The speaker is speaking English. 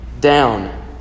Down